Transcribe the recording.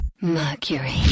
Mercury